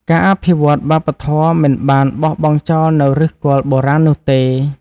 ការអភិវឌ្ឍវប្បធម៌មិនបានបោះបង់ចោលនូវឫសគល់បុរាណនោះទេ។